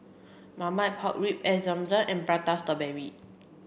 marmite pork ribs air Zam Zam and prata strawberry